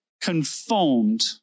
conformed